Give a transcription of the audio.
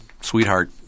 Sweetheart